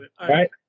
right